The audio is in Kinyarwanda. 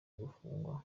gufungwa